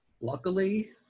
Luckily